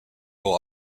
will